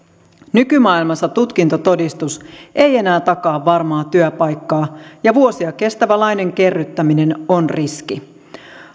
nykymaailmassa tutkintotodistus ei enää takaa varmaa työpaikkaa ja vuosia kestävä lainan kerryttäminen on riski